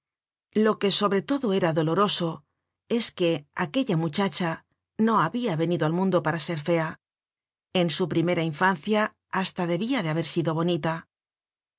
lo que sobre todo era doloroso es que aquella muchacha no habia venido al mundo para ser fea en su primera infancia hasta debia de ha